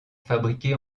fabriqués